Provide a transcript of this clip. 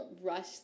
rush